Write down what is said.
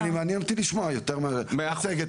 לא, מענין אותי לשמוע יותר מאשר מצגת.